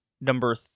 Number